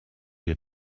your